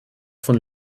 von